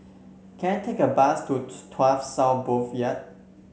can I take a bus to Tuas South Boulevard